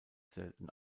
selten